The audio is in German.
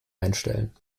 einstellen